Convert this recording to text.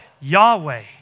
Yahweh